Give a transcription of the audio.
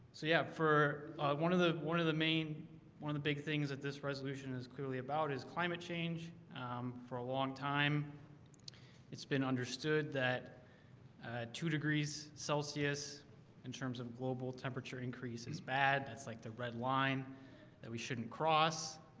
so, yeah for one of the one of the main one of the big things that this resolution is clearly about is climate change um for a long time it's been understood that two degrees celsius in terms of global temperature increase is bad. it's like the red line that we shouldn't cross